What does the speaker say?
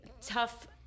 tough